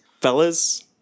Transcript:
Fellas